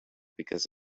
because